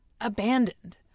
abandoned